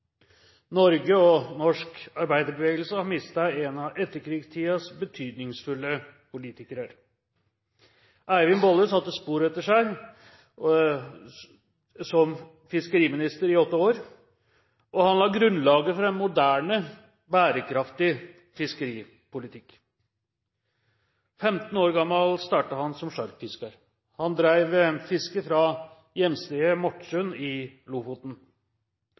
Norge og norsk arbeiderbevegelse har mistet en av etterkrigstidens betydningsfulle politikere. Eivind Bolle satte spor etter seg som fiskeriminister i åtte år, og han la grunnlaget for en moderne, bærekraftig fiskeripolitikk. 15 år gammel startet han som sjarkfisker. Han drev fiske fra hjemstedet Mortsund i Lofoten.